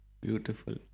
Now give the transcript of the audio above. Beautiful